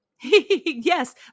Yes